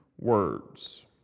words